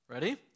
Ready